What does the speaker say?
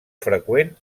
freqüent